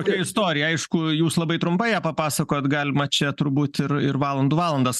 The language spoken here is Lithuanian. tai istorija aišku jūs labai trumpai ją papasakojot galima čia turbūt ir ir valandų valandas